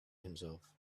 himself